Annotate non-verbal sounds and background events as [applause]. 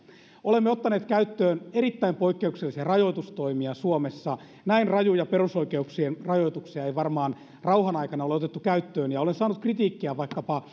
olemme ottaneet käyttöön erittäin poikkeuksellisia rajoitustoimia suomessa näin rajuja perusoikeuksien rajoituksia ei varmaan rauhan aikana ole otettu käyttöön olen saanut kritiikkiä vaikkapa [unintelligible]